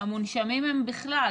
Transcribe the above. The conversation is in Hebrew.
מונשמים בכלל,